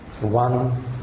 One